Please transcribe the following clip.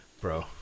bro